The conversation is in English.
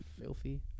Filthy